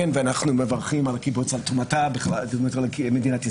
ואנחנו מברכים על תרומת הקיבוץ למדינת ישראל.